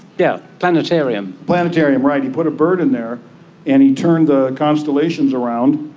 yeah planetarium. planetarium, right, he put a bird in there and he turned the constellations around,